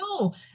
No